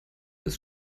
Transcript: ist